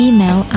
Email